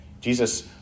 Jesus